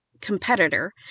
competitor